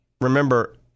remember